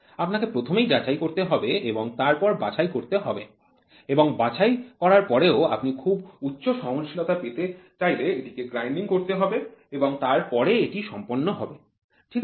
আপনাকে প্রথমে যাচাই করতে হবে এবং তারপর বাছাই করতে হবে এবং বাছাই করার পরেও আপনি খুব উচ্চ সহনশীলতা পেতে চাইলে এটিকে গ্রাইন্ডিং করতে হবে এবং তারপর এটি সম্পন্ন হবে ঠিক আছে